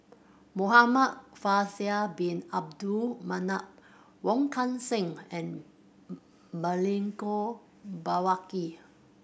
Muhamad Faisal Bin Abdul Manap Wong Kan Seng and Milenko Prvacki